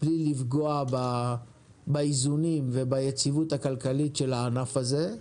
בלי לפגוע באיזונים וביציבות הכלכלית של הענף הזה,